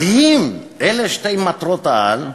מדהים, אלה שתי מטרות-העל.